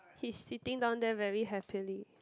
he's sitting down there very happily